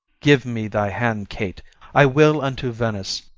give me thy hand, kate i will unto venice,